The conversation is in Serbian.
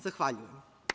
Zahvaljujem.